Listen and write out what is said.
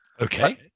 Okay